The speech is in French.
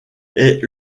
est